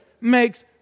makes